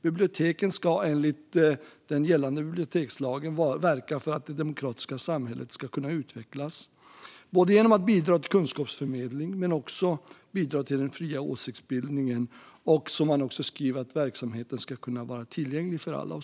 Biblioteken ska nämligen enligt den gällande bibliotekslagen verka för att det demokratiska samhället ska kunna utvecklas, både genom att bidra till kunskapsförmedling och genom att bidra till den fria åsiktsbildningen. Verksamheten ska också, som man skriver, kunna vara tillgänglig för alla.